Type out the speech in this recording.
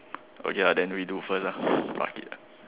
okay lah then we do first lah fuck it